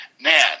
man